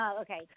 okay